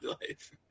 life